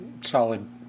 solid